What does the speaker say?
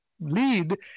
lead